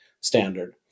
Standard